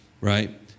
right